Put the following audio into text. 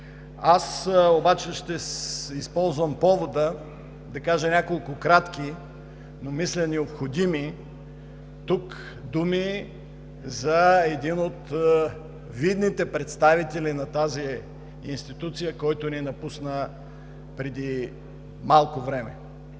Аз обаче ще използвам повода да кажа няколко кратки, но мисля необходими думи за един от видните представители на тази институция, който ни напусна преди малко време.